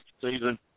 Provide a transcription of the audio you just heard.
Season